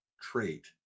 trait